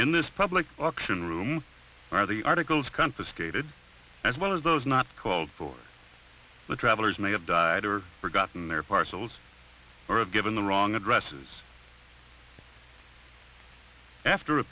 in this public auction room where the articles confiscated as well as those not called for the travelers may have died or forgotten their parcels were given the wrong addresses after a